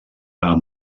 amb